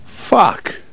fuck